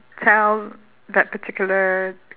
tell that particular